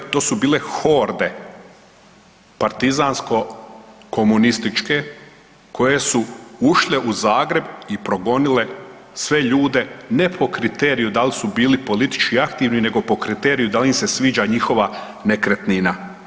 To je, to su bile horde partizansko-komunističke koje su ušle u Zagreb i progonile sve ljude ne po kriteriju da li su bili politički aktivni, nego po kriteriju da li im se sviđa njihova nekretnina.